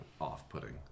off-putting